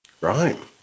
Right